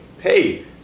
hey